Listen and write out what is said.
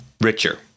richer